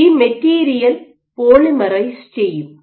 ഈ material polymerise ചെയ്യും